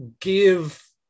give